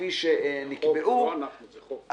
כפי שנקבעו --- לא אנחנו אלא זה חוק.